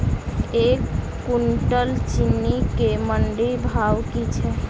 एक कुनटल चीनी केँ मंडी भाउ की छै?